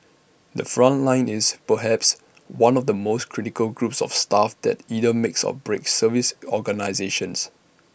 the front line is perhaps one of the most critical groups of staff that either makes or breaks service organisations